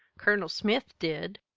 colonel smith did.